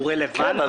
כן,